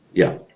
yeah.